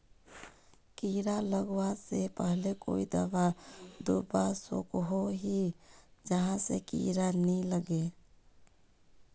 कीड़ा लगवा से पहले कोई दाबा दुबा सकोहो ही जहा से कीड़ा नी लागे?